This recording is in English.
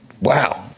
Wow